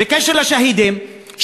בקשר לשהידים,